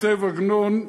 כותב עגנון,